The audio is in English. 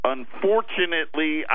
Unfortunately